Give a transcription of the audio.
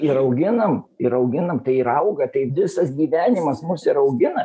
ir auginam ir auginam tai ir auga tai visas gyvenimas mus ir augina